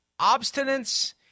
obstinance